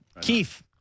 Keith